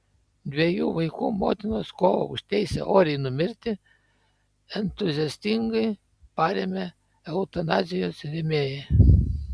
dviejų vaikų motinos kovą už teisę oriai numirti entuziastingai parėmė eutanazijos rėmėjai